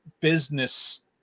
business